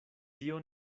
tio